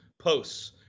posts